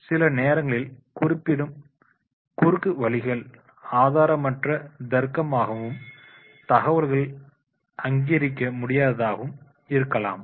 சில நேரங்களில் குறிப்பிடப்படும் குறுக்குவழிகள் ஆதாரமற்ற தார்ககமும் தகவல்கள் அங்கீகரிக்க முடியாததாகவும் இருக்கலாம்